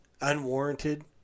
unwarranted